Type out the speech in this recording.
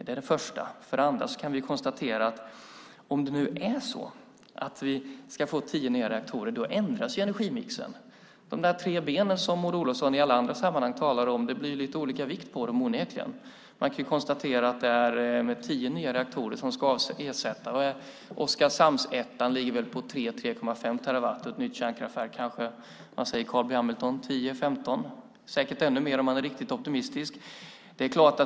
Det har ju Vattenfalls vd talat om. Vi kan konstatera att energimixen ändras om vi får tio nya reaktorer. De tre benen som Maud Olofsson i alla andra sammanhang talar om blir det onekligen lite olika vikt på. Det är tio nya reaktorer som ska ersätta. Oskarshamn 1 ligger väl på 3,5 terawatt. Ett nytt kärnkraftverk kanske på 10-15, säkert ännu mer om man är riktigt optimistisk.